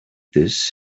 this